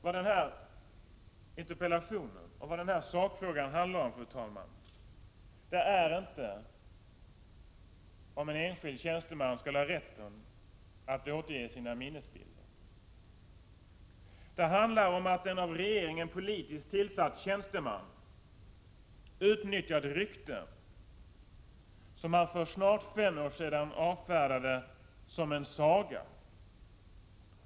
Vad den här interpellationen och sakfrågan handlar om, fru talman, är inte om en enskild tjänsteman skulle ha rätt att återge sina minnesbilder. Det handlar om att en av regeringen politiskt tillsatt tjänsteman utnyttjat ett rykte, som man för snart fem år sedan avfärdade som en saga.